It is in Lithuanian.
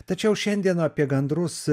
tačiau šiandien apie gandrus